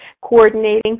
coordinating